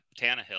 Tannehill